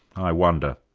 i wonder.